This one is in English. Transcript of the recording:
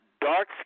dark